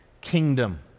kingdom